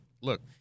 look